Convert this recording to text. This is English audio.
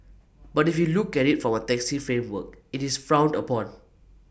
but if we look at IT from A taxi framework IT is frowned upon